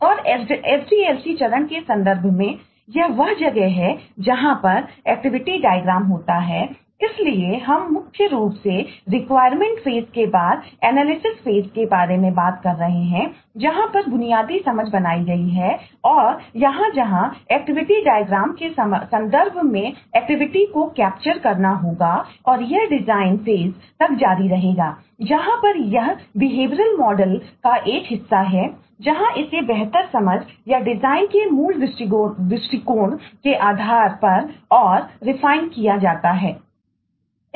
और SDLC चरण के संदर्भ में यह वह जगह है जहां पर एक्टिविटी डायग्राम किया जाता है